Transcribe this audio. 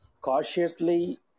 cautiously